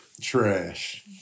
Trash